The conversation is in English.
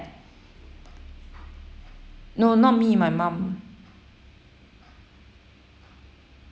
no not me my mum